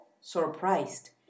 surprised